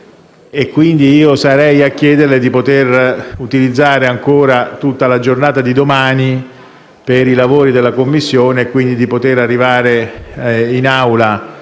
Quindi sarei qui a chiederle di poter utilizzare ancora tutta la giornata di domani per i lavori della Commissione e quindi di poter arrivare in